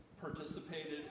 participated